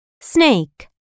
snake